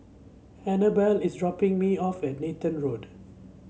Annabell is dropping me off at Nathan Road